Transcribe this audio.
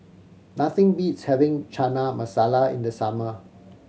nothing beats having Chana Masala in the summer